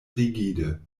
rigide